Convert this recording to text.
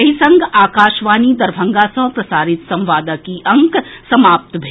एहि संग आकाशवाणी दरभंगा सँ प्रसारित संवादक ई अंक समाप्त भेल